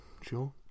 sure